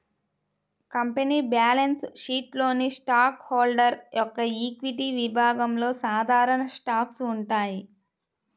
company balance షీట్లోని stock holder యొక్క equity విభాగంలో సాధారణ స్టాక్స్ ఉంటాయి